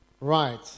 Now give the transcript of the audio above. Right